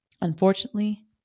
Unfortunately